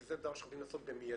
כי זה דבר שחייבים לעשות במידי,